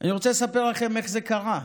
אני רוצה לספר לכם איך זה קרה.